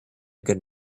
good